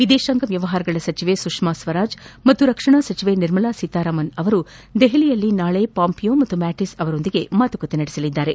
ವಿದೇಶಾಂಗ ವ್ಯವಹಾರಗಳ ಸಚಿವೆ ಸುಷ್ಕಾ ಸ್ವರಾಜ್ ಹಾಗೂ ರಕ್ಷಣಾ ಸಚಿವೆ ನಿರ್ಮಲಾ ಸೀತಾರಾಮನ್ ಅವರು ದೆಹಲಿಯಲ್ಲಿ ನಾಳೆ ಪಾಂಪಿಯೋ ಮತ್ತು ಮ್ಯಾಟಿಸ್ ಅವರೊಂದಿಗೆ ಮಾತುಕತೆ ನಡೆಸಲಿದ್ದಾರೆ